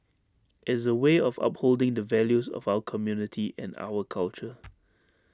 is A way of upholding the values of our community and our culture